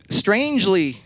strangely